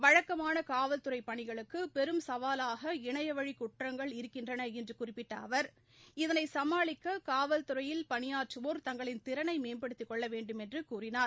வழக்கமான காவல்துறை பணிகளுக்கு பெரும் சவாலாக இணையவழி குற்றங்கள் இருக்கின்றன என்று குறிப்பிட்ட அவர் இதனை சமாளிக்க காவல்துறையில் பணியாற்றுவோர் தங்களின் திறனை மேம்படுத்திக் கொள்ள வேண்டுமென்று கூறினார்